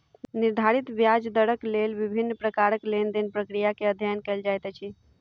निर्धारित ब्याज दरक लेल विभिन्न प्रकारक लेन देन प्रक्रिया के अध्ययन कएल जाइत अछि